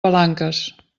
palanques